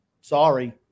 Sorry